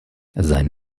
sein